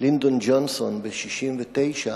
לינדון ג'ונסון, ב-1969,